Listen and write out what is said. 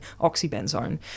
oxybenzone